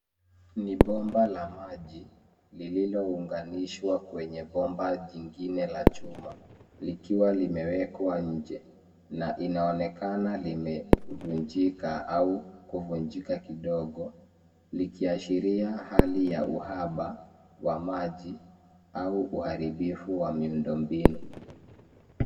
Ni bomba la maji, lililounganishwa kwenye bomba jingine la chuma, likiwa limewekwa nje, na linaonekana limevunjika, au kuvunjika kidogo, likiashiria hali ya uhaba wa maji, au uharibifu wa miundombinu.